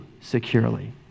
securely